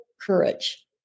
courage